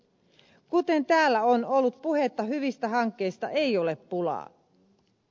kuten täällä on ollut puhetta hyvistä hankkeista ei ole pulaa